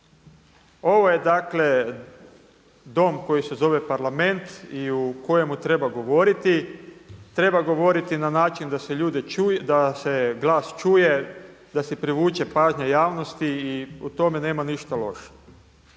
Ovo je dakle dom koji se zove Parlament i u kojemu treba govoriti. Treba govoriti na način da se glas čuje, da se privuče pažnja javnosti i u tome nema ništa loše.